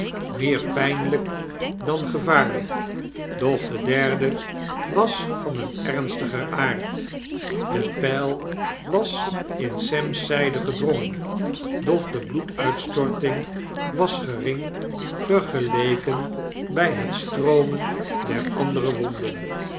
meer pynlijk dan gevaarlyk doch de derde was van ernstiger aard de pijl was in sem's zyde gedrongen doch de bloeduitstorting was gering vergeleken bij het stroomen der andere wonden